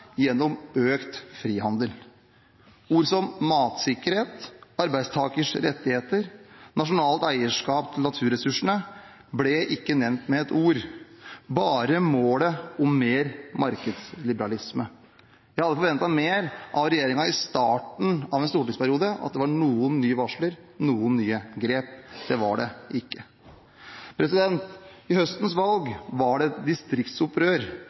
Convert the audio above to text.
gjennom økt frihandel. Begrep som matsikkerhet, arbeidstakers rettigheter og nasjonalt eierskap til naturressursene ble ikke nevnt med et ord, bare målet om mer markedsliberalisme. Jeg hadde forventet mer av regjeringen i starten av en stortingsperiode, at det var noen nye varsler, noen nye grep. Det var det ikke. I høstens valg var det et distriktsopprør